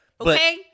okay